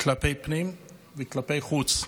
כלפי פנים וכלפי חוץ.